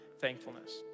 thankfulness